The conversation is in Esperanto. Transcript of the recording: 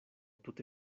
tute